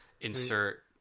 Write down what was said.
insert